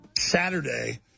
Saturday